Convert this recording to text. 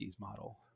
model